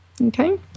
okay